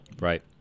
Right